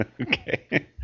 Okay